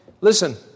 Listen